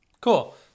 Cool